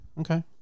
okay